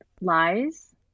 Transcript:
lies